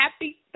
Happy